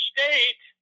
State